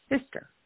sister